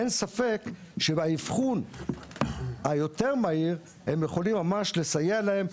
אין ספק שבאבחון היותר מהיר הם יכולים ממש לסייע להם,